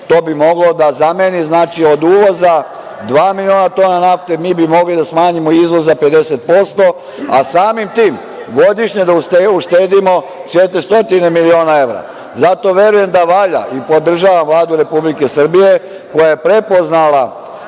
To bi moglo da zameni, znači od uvoza dva miliona tona nafte, mi bi mogli da smanjimo izvoz za 50%, a samim tim godišnje da uštedimo 400 miliona evra. Zato verujem da valja i podržavam Vladu Republike Srbije, koja je prepoznala